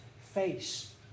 face